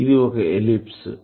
ఇది ఒక ఎలిప్స్